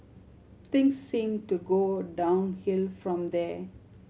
things seemed to go downhill from there